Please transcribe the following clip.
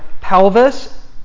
pelvis